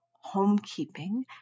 homekeeping